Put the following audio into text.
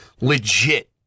legit